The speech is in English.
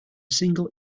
single